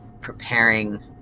preparing